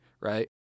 right